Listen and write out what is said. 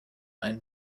einen